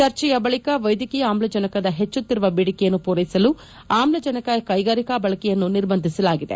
ಚರ್ಚಿಯ ಬಳಿಕ ವೈದ್ಯಕೀಯ ಆಮ್ಲಜನಕದ ಪಚ್ಚುತ್ತಿರುವ ಬೇಡಿಕೆಯನ್ನು ಪೂರೈಸಲು ಆಮ್ಲಜನಕ ಕೈಗಾರಿಕಾ ಬಳಕೆಯನ್ನು ನಿರ್ಬಂಧಿಸಲಾಗಿದೆ